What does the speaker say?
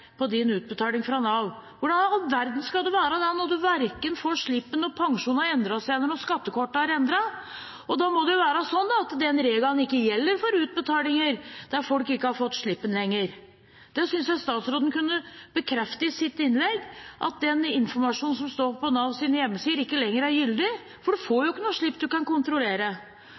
Hvordan i all verden skal en være det når man verken får slippen når pensjonen har endret seg eller skattekortet er endret? Da må det være slik at den regelen ikke gjelder for utbetalinger der folk ikke har fått slippen lenger. Det synes jeg statsråden kunne bekrefte i sitt innlegg, at den informasjonen som står på Navs hjemmeside, ikke lenger er gyldig, for man får ikke noen slipp man kan kontrollere.